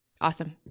awesome